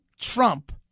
Trump